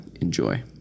Enjoy